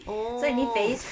oh